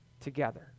together